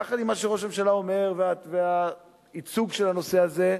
יחד עם מה שראש הממשלה אומר והייצוג של הנושא הזה,